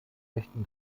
möchten